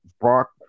Brock